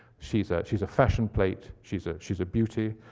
she's ah she's a fashion plate. she's ah she's a beauty.